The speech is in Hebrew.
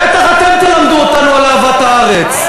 בטח אתם תלמדו אותנו על אהבת הארץ.